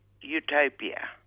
Utopia